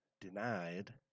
Denied